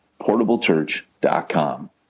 PortableChurch.com